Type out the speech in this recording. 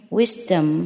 wisdom